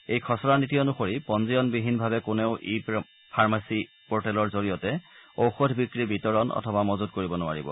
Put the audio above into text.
এই খচৰা নীতি অনুসৰি পঞ্জীয়নবিহিনভাৱে কোনেও ই ফাৰ্মচী পৰ্টেলৰ জৰিয়তে ঔষধ বিক্ৰী বিতৰণ অথবা মজত কৰিব নোৱাৰিব